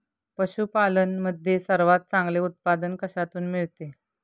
पशूपालन मध्ये सर्वात चांगले उत्पादन कशातून मिळते?